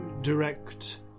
direct